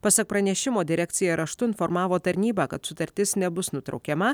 pasak pranešimo direkcija raštu informavo tarnybą kad sutartis nebus nutraukiama